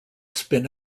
spin